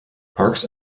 parks